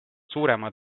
suuremad